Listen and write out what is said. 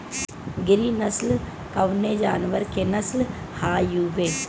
गिरी नश्ल कवने जानवर के नस्ल हयुवे?